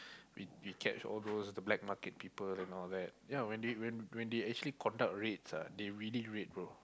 we catch all those black market people and all that when they actually conduct raids all that they really raid bro